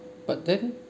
but then